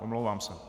Omlouvám se.